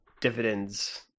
dividends